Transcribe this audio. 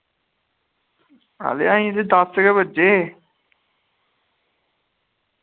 हां ते अजें ते दस गै बज्जे